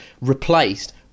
replaced